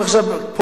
אנחנו עכשיו פה.